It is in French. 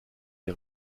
des